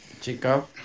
Chico